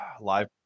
Live